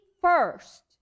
first